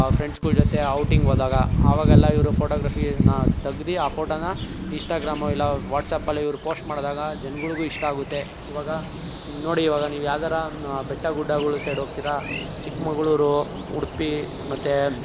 ಫ್ರೆಂಡ್ಸ್ಗಳ್ ಜೊತೆ ಔಟಿಂಗೋದಾಗ ಆವಾಗೆಲ್ಲ ಇವರು ಫೋಟೋಗ್ರಫಿನ ತೆಗ್ದಿ ಆ ಫೋಟೋನ ಇನ್ಸ್ಟಾಗ್ರಾಮು ಇಲ್ಲ ವಾಟ್ಸಪಲ್ಲಿ ಇವರು ಪೋಸ್ಟ್ ಮಾಡಿದಾಗ ಜನ್ಗಳಿಗೂ ಇಷ್ಟ ಆಗುತ್ತೆ ಇವಾಗ ನೋಡಿ ಇವಾಗ ನೀವು ಯಾವ್ದಾರ ಬೆಟ್ಟ ಗುಡ್ಡಗಳ್ ಸೈಡೋಗ್ತಿರಾ ಚಿಕ್ಕಮಗ್ಳೂರು ಉಡುಪಿ ಮತ್ತು